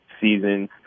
seasons